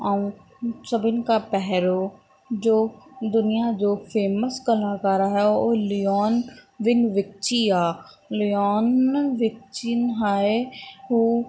ऐं सभिनि खां पहिरों जो दुनिया जो फ़ेमस कलाकार आहे उहो लिओन विन विच्ची आहे लिओन विच्ची हाणे हू